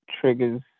triggers